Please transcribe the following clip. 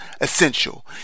essential